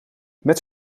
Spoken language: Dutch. met